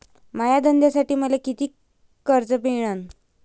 माया धंद्यासाठी मले कितीक कर्ज मिळनं?